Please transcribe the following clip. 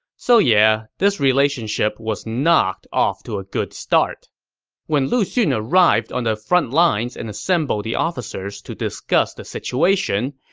so yeah this relationship was not off to a good start when lu xun arrived on the frontlines and assembled the officers to discuss the situation,